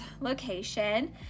location